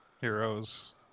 Heroes